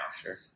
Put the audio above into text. Sure